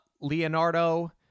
Leonardo